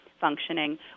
functioning